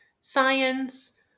science